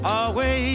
away